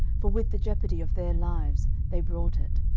for with the jeopardy of their lives they brought it.